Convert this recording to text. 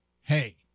Hey